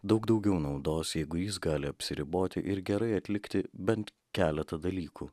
daug daugiau naudos jeigu jis gali apsiriboti ir gerai atlikti bent keletą dalykų